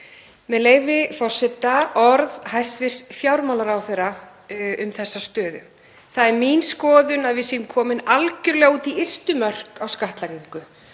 forseta, hér eru orð hæstv. fjármálaráðherra um þessa stöðu: „Það er mín skoðun að við séum komin algerlega út í ystu mörk á skattlagningu.